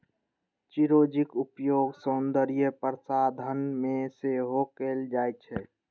चिरौंजीक उपयोग सौंदर्य प्रसाधन मे सेहो कैल जाइ छै